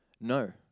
No